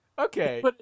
Okay